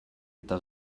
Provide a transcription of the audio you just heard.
eta